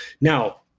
Now